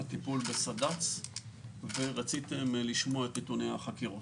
הטיפול בסד"צ ורציתם לשמוע את נתוני החקירות.